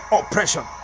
oppression